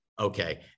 Okay